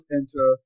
enter